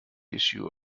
issue